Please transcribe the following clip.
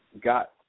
got